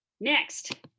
next